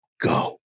Go